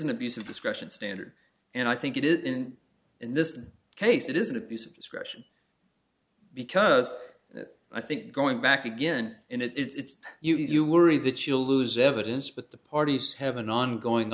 an abuse of discretion standard and i think it is and in this case it is an abuse of discretion because i think going back again in its use you worry that you'll lose evidence but the parties have an ongoing